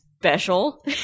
special